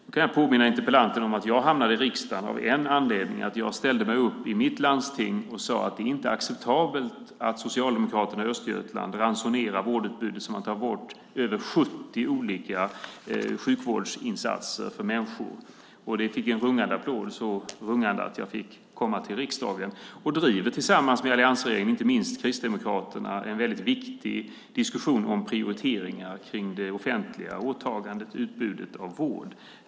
Jag kan påminna interpellanten om att jag hamnade i riksdagen av en anledning. Jag ställde mig upp i mitt landsting och sade att det inte var acceptabelt att Socialdemokraterna i Östergötland ransonerade vårdutbudet och tog bort över 70 olika sjukvårdsinsatser för människor. Det fick en rungande applåd - så rungande att jag fick komma till riksdagen. Här driver jag tillsammans med alliansregeringen, inte minst Kristdemokraterna, en viktig diskussion om prioriteringar i det offentliga åtagandet i utbudet av vård.